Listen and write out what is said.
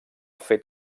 fet